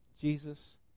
Jesus